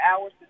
hours